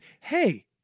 hey